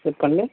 చెప్పండి